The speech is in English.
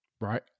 Right